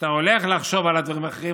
כשאתה הולך לחשוב על הדברים האחרים,